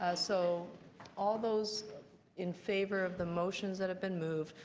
ah so all those in favors of the motions that have been moved